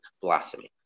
blossoming